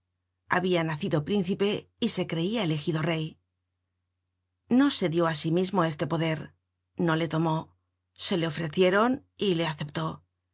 habia nacido príncipe y se creia elegido rey no se dió á sí mismo este poder no le tomó se le ofrecieron y le aceptó